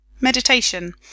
Meditation